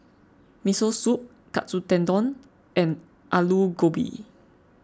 Miso Soup Katsu Tendon and Alu Gobi